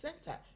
center